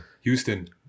Houston